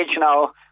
now